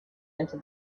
into